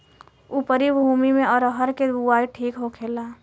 उपरी भूमी में अरहर के बुआई ठीक होखेला?